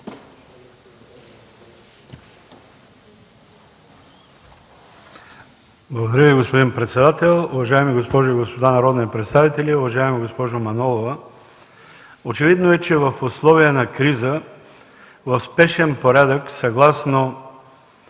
Благодаря Ви, господин председател. Уважаеми госпожи и господа народни представители! Уважаема госпожо Манолова, очевидно е, че в условия на криза в спешен порядък, съгласно